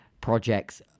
projects